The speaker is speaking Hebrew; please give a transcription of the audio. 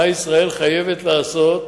מה ישראל חייבת לעשות